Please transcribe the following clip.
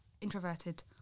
introverted